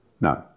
No